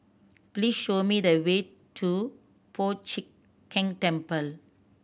please show me the way to Po Chiak Keng Temple